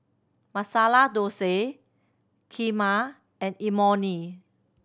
Masala Dosa Kheema and Imoni